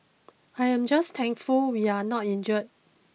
I am just thankful we are not injured